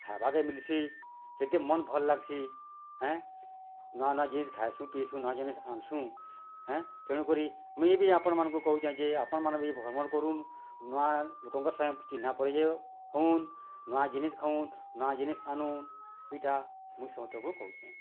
ଖାଏବାକେ ମିଲ୍ସି ସେଠି ମନ୍ ଭଲ୍ ଲାଗ୍ସି ହେଁ ନୂଆ ନୂଆ ଜିନିଷ୍ ଖାଏସୁ ପିଉଁସୁ ନୂଆ ଜିନିଷ୍ ଆନ୍ସୁଁ ହେ ତେଣୁ କରି ମୁଇ ବି ଆପଣମାନକୁ କହୁଛେ ଯେ ଆପଣ ମାନେ ବି ଭ୍ରମଣ କରୁନ୍ ନୂଆ ଲୋକଙ୍କ ସାଙ୍ଗେ ଚିହ୍ନା ପରିଚୟ ହଉନ୍ ନୂଆ ଜିନିଷ୍ ଖାଉନ୍ ନୂଆ ଜିନିଷ୍ ଆନୁନ୍ ଇଟା ମୁ ସମସ୍ତଙ୍କୁ କହୁଛେ